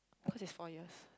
cause is four years